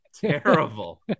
terrible